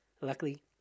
Luckily